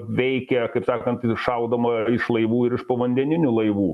veikia kaip sakant šaudoma iš laivų ir iš povandeninių laivų na